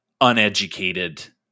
uneducated